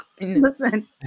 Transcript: listen